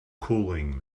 cooling